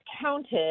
counted